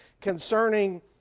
concerning